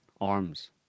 arms